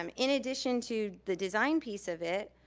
um in addition to the design piece of it,